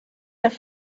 have